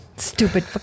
stupid